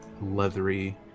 leathery